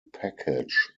package